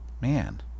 man